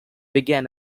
began